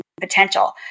potential